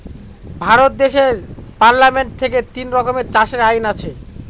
ভারত দেশের পার্লামেন্ট থেকে তিন রকমের চাষের আইন আছে